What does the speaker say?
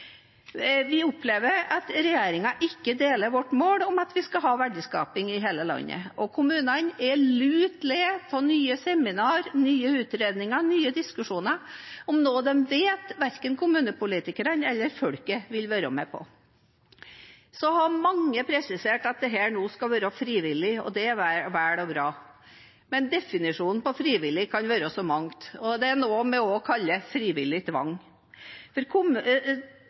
Vi opplever at regjeringen ikke deler vårt mål om at vi skal ha verdiskaping i hele landet. Kommunene er lut lei av nye seminarer, nye utredninger og nye diskusjoner om noe de vet verken kommunepolitikerne eller folket vil være med på. Så har mange presisert at dette nå skal være frivillig. Det er vel og bra, men definisjonen på frivillig kan være så mangt; det er noe vi også kaller frivillig tvang. Man satser nå på at kommunene selv innser at det å stå for